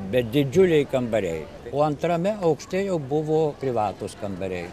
bet didžiuliai kambariai o antrame aukšte jau buvo privatūs kambariai